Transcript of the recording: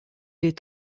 est